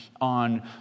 on